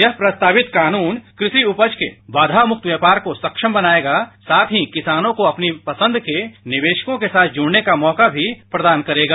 यह प्रस्तावित कानून कृषि उपज के बाधा मुक्त व्यापार को सक्षम बनायेगा साथ ही किसानों को अपनी पसंद के निवेशकों के साथ जुड़ने का मौका भी प्रदान करेगा